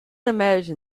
imagine